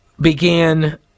began